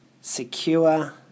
secure